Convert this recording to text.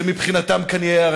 שמבחינתם היה,